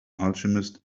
alchemist